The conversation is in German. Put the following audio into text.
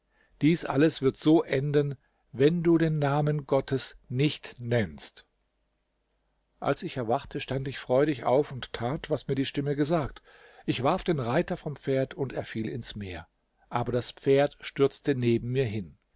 dies alles wird so enden wenn du den namen gottes nicht nennst als ich erwachte stand ich freudig auf und tat was mir die stimme gesagt ich warf den reiter vom pferd und er fiel ins meer aber das pferd stürzte neben mir hin